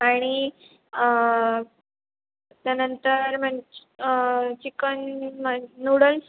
आणि त्यानंतर मन्च चिकन मन नूडल्स